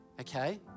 okay